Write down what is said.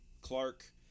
Clark